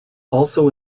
also